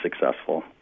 successful